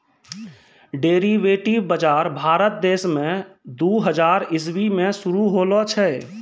derivative बजार भारत देश मे दू हजार इसवी मे शुरू होलो छै